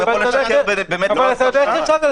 אבל מה אם מישהו כן?